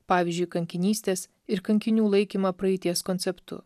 pavyzdžiui kankinystės ir kankinių laikymą praeities konceptu